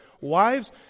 wives